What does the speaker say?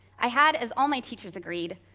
i had, as all my teachers agreed,